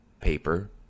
paper